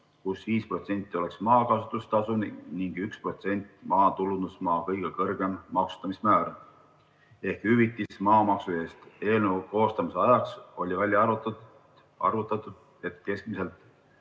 kus 5% oleks maakasutustasu ning 1% maatulundusmaa kõige kõrgem maksustamismäär, ehk hüvitis maamaksu eest. Eelnõu koostamise ajaks oli välja arvutatud, et keskmiselt